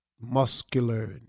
muscular